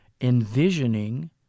envisioning